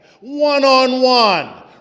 one-on-one